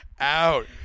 out